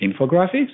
infographics